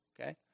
Okay